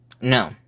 No